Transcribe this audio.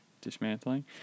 dismantling